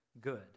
good